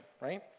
right